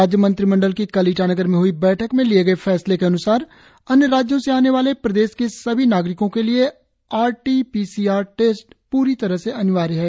राज्य मंत्रिमंडल की कल ईटानगर में हई बैठक में लिए गए फैसले के अन्सार अन्य राज्यों से आने वाले प्रदेश के सभी नागरिकों के लिए R T P C R test प्री तरह से अनिवार्य है